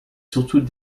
surtout